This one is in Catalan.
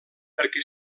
perquè